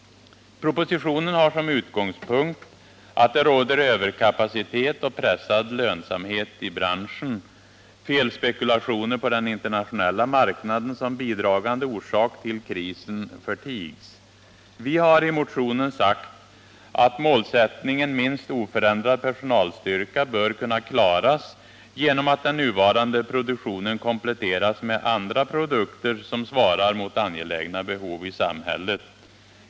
Propositionen har som utgångspunkt att det råder överkapacitet och pressad lönsamhet i branschen. Felspekulationer på den internationella marknaden som bidragande orsak till krisen förtigs. Vi har i motionen sagt att målsättningen minst oförändrad personalstyrka bör kunna klaras genom att den nuvarande produktionen kompletteras med andra produkter som svarar mot angelägna behov i samhället.